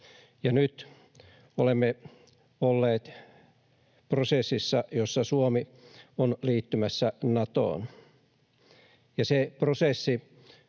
nyt olemme olleet prosessissa, jossa Suomi on liittymässä Natoon. Ja liittyen